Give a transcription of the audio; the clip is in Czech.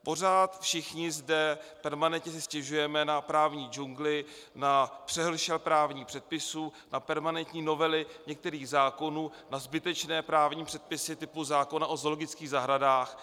Pořád všichni zde permanentně si stěžujeme na právní džungli, na přehršel právních předpisů, na permanentní novely některých zákonů, na zbytečné právní předpisy typu zákona o zoologických zahradách.